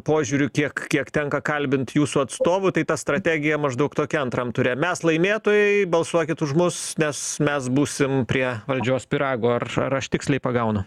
požiūriu kiek kiek tenka kalbint jūsų atstovų tai ta strategija maždaug tokia antram ture mes laimėtojai balsuokit už mus nes mes būsim prie valdžios pyrago ar aš tiksliai pagaunu